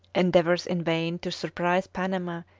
endeavours in vain to surprise panama,